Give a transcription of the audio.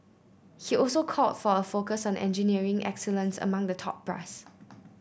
he also called for a focus on engineering excellence among the top brass